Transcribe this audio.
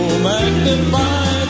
magnify